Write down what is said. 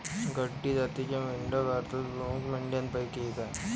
गड्डी जातीच्या मेंढ्या भारतातील मुख्य मेंढ्यांपैकी एक आह